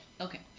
Okay